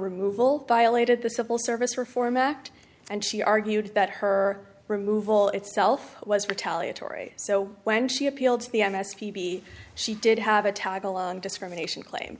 removal violated the civil service reform act and she argued that her removal itself was for talia tory so when she appealed to the m s p she did have a tagalong discrimination claim